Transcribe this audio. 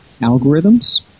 algorithms